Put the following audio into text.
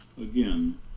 again